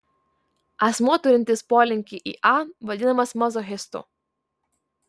asmuo turintis polinkį į a vadinamas mazochistu